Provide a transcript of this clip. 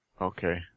Okay